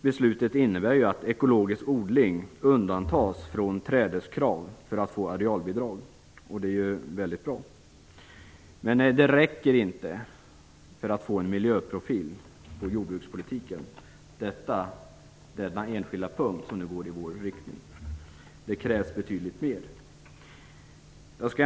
Beslutet innebär att ekologisk odling undantas från trädeskrav för att få arealbidrag, och det är väldigt bra. Men det räcker inte för att jordbrukspolitiken skall få en miljöprofil. På denna enskilda punkt, där det går i vår riktning, krävs det betydligt mera.